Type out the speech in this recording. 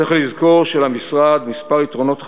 צריך לזכור שלמשרד כמה יתרונות חשובים,